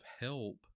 help